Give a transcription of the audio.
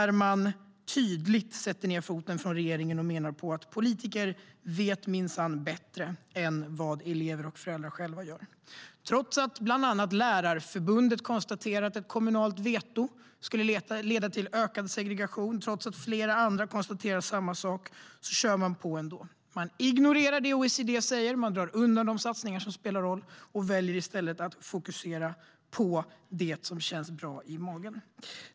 Regeringen sätter tydligt ned foten och menar att politiker minsann vet bättre än elever och föräldrar själva gör. Trots att bland annat Lärarförbundet har konstaterat att kommunalt veto skulle leda till ökad segregation, och trots att flera andra har konstaterat samma sak kör man på ändå. Man ignorerar det som OECD säger. Man drar undan de satsningar som spelar roll och väljer i stället att fokusera på det som känns bra i magen.